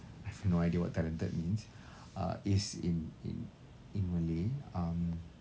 I have no idea what talented means uh is in in in malay um